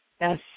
Yes